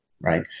right